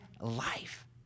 life